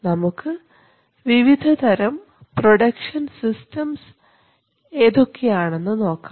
നമുക്ക് വിവിധതരം production systems ഏതൊക്കെയാണെന്ന് നോക്കാം